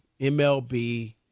MLB